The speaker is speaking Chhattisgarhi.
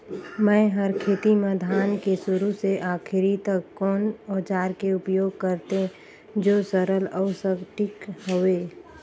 मै हर खेती म धान के शुरू से आखिरी तक कोन औजार के उपयोग करते जो सरल अउ सटीक हवे?